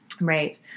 Right